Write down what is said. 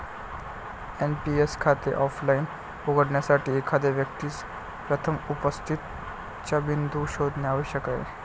NPS खाते offline उघडण्यासाठी, एखाद्या व्यक्तीस प्रथम उपस्थितीचा बिंदू शोधणे आवश्यक आहे